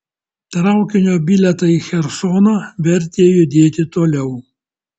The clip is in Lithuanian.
traukinio bilietai į chersoną vertė judėti toliau